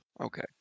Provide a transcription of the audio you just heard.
okay